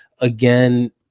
again